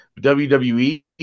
WWE